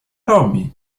robi